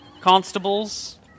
constables